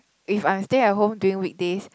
if I'm staying at home during weekdays